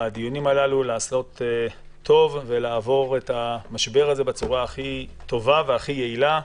לעשות טוב ולעבור את המשבר הזה בצורה הכי טובה והכי יעילה.